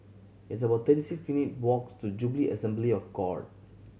it's about thirty six minute walks to Jubilee Assembly of God